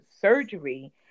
surgery